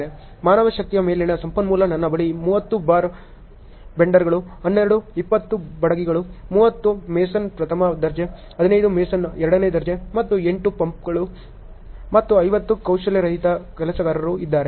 ಮಾನವಶಕ್ತಿಯ ಮೇಲಿನ ಸಂಪನ್ಮೂಲ ನನ್ನ ಬಳಿ 30 ಬಾರ್ ಬೆಂಡರ್ಗಳು 12 20 ಬಡಗಿಗಳು 30 ಮೇಸನ್ ಪ್ರಥಮ ದರ್ಜೆ 15 ಮೇಸನ್ ಎರಡನೇ ದರ್ಜೆ ಮತ್ತು 8 ಪಂಪರ್ಗಳು ಮತ್ತು 50 ಕೌಶಲ್ಯರಹಿತ ಕೆಲಸಗಾರರು ಇದ್ದಾರೆ